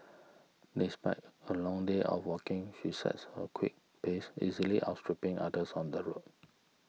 despite her long day of walking she sets a quick pace easily outstripping others on the road